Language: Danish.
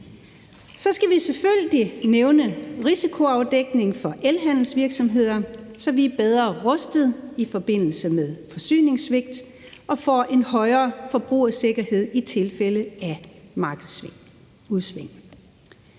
Så skal vi selvfølgelig nævne risikoafdækning for elhandelsvirksomheder, så vi er bedre rustet i forbindelse med forsyningssvigt og får en højere forbrugersikkerhed i tilfælde af markedsudsving.